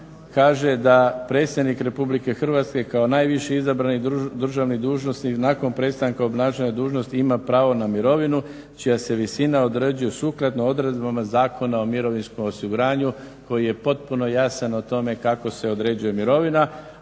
Kaže: "Da predsjednik Republike Hrvatske kao najviši izabrani državni dužnosnik nakon prestanka obnašanja dužnosti ima pravo na mirovinu čija se visina određuje sukladno odredbama Zakona o mirovinskom osiguranju koji je potpuno jasan o tome kako se određuje mirovina,